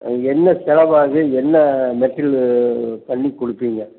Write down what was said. ஆ என்ன செலவாகும் என்ன மெட்டிரியலு பண்ணிக் கொடுப்பீங்க